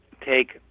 take